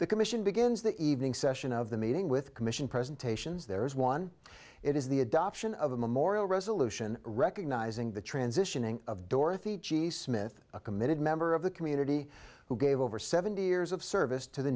the commission begins the evening session of the meeting with commission presentations there is one it is the adoption of a memorial resolution recognizing the transitioning of dorothy g smith a committed member of the community who gave over seventy years of service to the